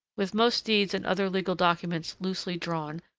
with most deeds and other legal documents loosely drawn,